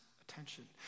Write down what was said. attention